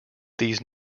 these